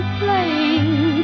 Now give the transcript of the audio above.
playing